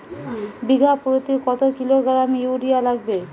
বিঘাপ্রতি কত kilogram urea লাগবে?